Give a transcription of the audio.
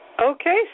Okay